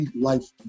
life